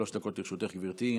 שלוש דקות לרשותך, גברתי.